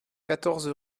quatorze